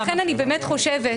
לכן אני באמת חושבת,